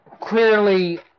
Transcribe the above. clearly